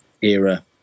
era